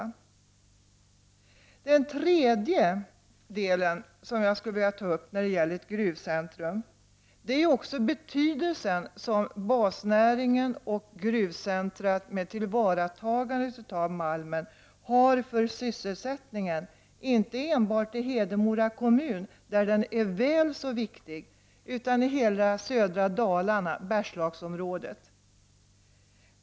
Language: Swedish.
För det tredje vill jag nämna den betydelse som basnäringen och gruvcentrumet med tillvaratagandet av malmen har för sysselsättningen inte enbart i Hedemora kommun, där den är mycket viktig, utan också i hela södra Dalarna och Bergslagsområdet.